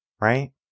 right